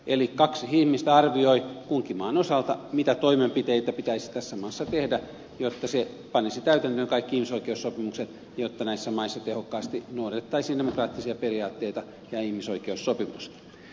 eli kaksi ihmistä arvioi kunkin maan osalta mitä toimenpiteitä pitäisi maassa tehdä jotta se panisi täytäntöön kaikki ihmisoikeussopimukset jotta tässä maassa tehokkaasti noudatettaisiin demokraattisia periaatteita ja ihmisoikeussopimusta